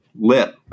lip